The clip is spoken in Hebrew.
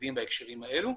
ילדים בהקשרים האלה.